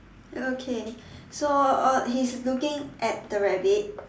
okay so uh he's looking at the rabbit